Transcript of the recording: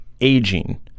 aging